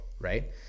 right